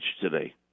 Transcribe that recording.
today